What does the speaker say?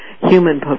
human